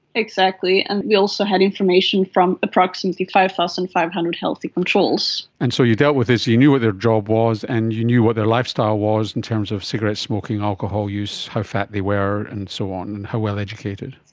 exactly, and we also had information from approximately five thousand five hundred healthy controls. and so you dealt with this, you knew what their job was and you knew what their lifestyle was in terms of cigarette smoking, alcohol use, how fat they were and so on and how well educated.